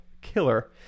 killer